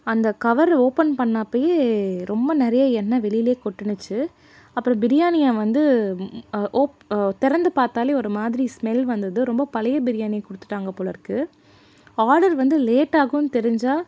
அந்த cover open பண்ணப்போயே ரொம்ப நிறைய எண்ணெய் வெளிலையே கொட்டுச்சு அப்புறம் பிரியாணியை வந்து ஓப் திறந்து பார்த்தாலே ஒரு மாதிரி ஸ்மெல் வந்துது ரொம்ப பழைய பிரியாணியை கொடுத்துட்டாங்க போலேருக்கு ஆர்டர் வந்து லேட் ஆகும்னு தெரிஞ்சால்